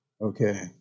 Okay